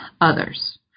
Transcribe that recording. others